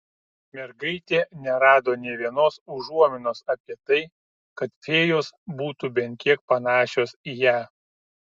mergaitė nerado nė vienos užuominos apie tai kad fėjos būtų bent kiek panašios į ją